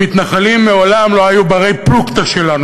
המתנחלים מעולם לא היו בני-פלוגתא שלנו.